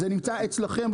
זה נמצא אצלכם,